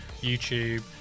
YouTube